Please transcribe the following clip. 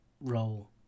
role